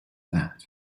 that